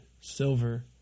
silver